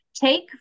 Take